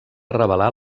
revelar